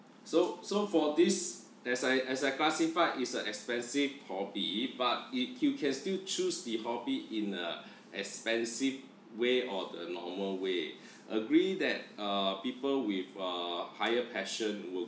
so so for this as I as I classify is an expensive hobby but it he can still choose the hobby in uh expensive way or the normal way agree that uh people with uh higher passion will